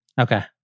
Okay